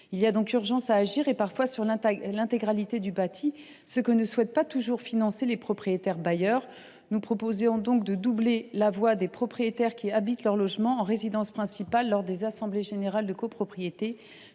Il y a donc urgence à agir, parfois sur l’intégralité du bâti, ce que ne souhaitent pas toujours financer les propriétaires bailleurs. Nous proposons donc que la voix des propriétaires qui habitent leur logement en résidence principale compte double lors des assemblées générales de copropriété.